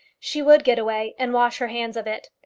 she would get away, and wash her hands of it.